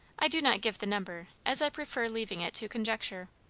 i do not give the number, as i prefer leaving it to conjecture.